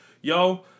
yo